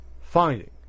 finding